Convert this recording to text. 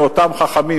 לאותם חכמים,